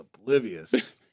oblivious